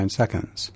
seconds